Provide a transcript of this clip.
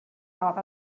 out